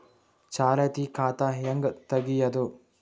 ಚಾಲತಿ ಖಾತಾ ಹೆಂಗ್ ತಗೆಯದು?